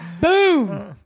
Boom